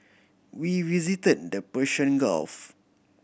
we visited the Persian Gulf